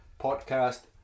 podcast